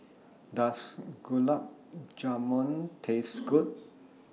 Does Gulab Jamun Taste Good